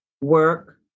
work